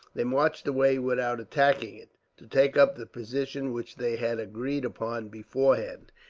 they marched away without attacking it, to take up the position which they had agreed upon beforehand.